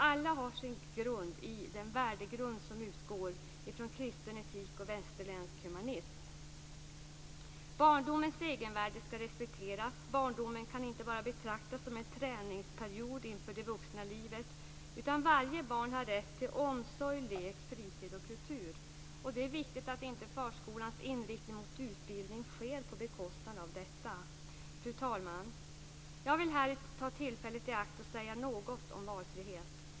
Alla har sin grund i den värdegrund som utgår från kristen etik och västerländsk humanism. Barndomens egenvärde skall respekteras. Barndomen kan inte bara betraktas som en träningsperiod inför det vuxna livet, utan varje barn har rätt till omsorg, lek, fritid och kultur. Det är viktigt att inte förskolans inriktning på utbildning sker på bekostnad av detta. Fru talman! Jag vill här ta tillfället i akt att säga något om valfrihet.